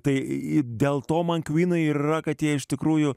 tai dėl to man kvynai ir yra kad jie iš tikrųjų